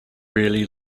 really